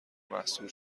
محصور